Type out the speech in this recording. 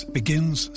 begins